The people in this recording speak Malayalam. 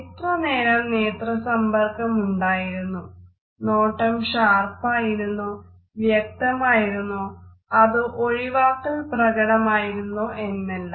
എത്രനേരം നേത്ര സമ്പർക്കം ഉണ്ടായിരുന്നു നോട്ടം ഷാർപ്പായിരുന്നോ വ്യക്തമായിരുന്നോ അതോ ഒഴിവാക്കൽ പ്രകടമായിരുന്നോ എന്നെല്ലാം